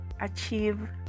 achieve